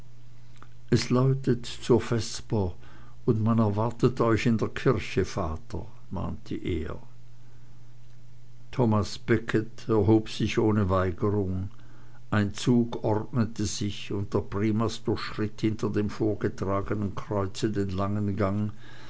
es läutet zur vesper und man erwartet euch in der kirche vater mahnte er thomas becket erhob sich ohne weigerung ein zug ordnete sich und der primas durchschritt hinter dem vorgetragenen kreuze den langen gang